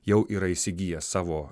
jau yra įsigiję savo